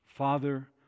Father